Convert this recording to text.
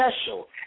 special